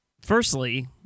Firstly